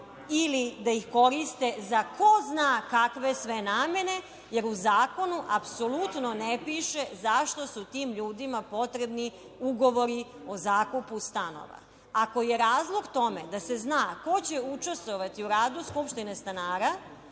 ili da ih koriste za ko zna kakve sve namene, jer u zakonu apsolutno ne piše zašto su tim ljudima potrebni ugovori o zakupu stanova. Ako je razlog tome da se zna ko će učestvovati u radu skupštine stanara,